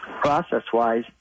process-wise